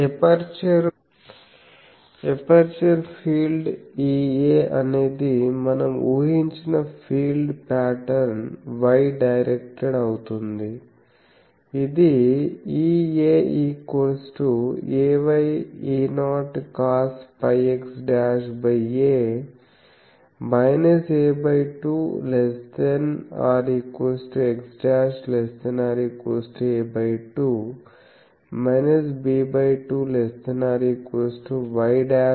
aperture field E a అనేది మనం ఊహించిన ఫీల్డ్ ప్యాటర్న్ y డైరెక్టెడ్ అవుతుంది అది EaayE0cosπx'a a2≤x'≤a2 b2≤y'≤b2